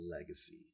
legacy